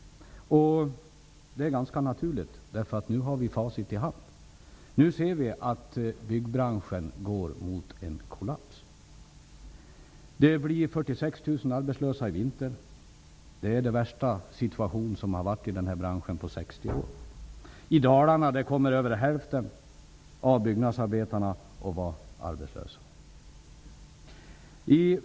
Det är ganska naturligt. Nu har vi ju facit i hand. Nu ser vi att byggbranschen går mot en kollaps. Det blir 46 000 arbetslösa i vinter. Vi har den värsta situationen på 60 år för byggbranschen. I Dalarna kommer mer än hälften av byggnadsarbetarna att vara arbetslösa.